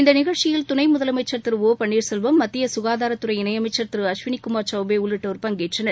இந்த நிகழ்ச்சியில் துணை முதலமைச்சா் திரு ஓ பன்னீா்செல்வம் மத்திய சுகாதாரத்துறை இணை அமைச்சர் திரு அஸ்வினிகுமார் சௌபே உள்ளிட்டோர் பங்கேற்றனர்